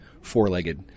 four-legged